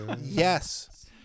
Yes